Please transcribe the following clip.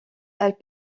elles